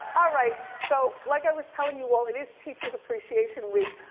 ah right, so like i was telling you all, it is teachers appreciation week,